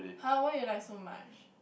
[huh] why you like so much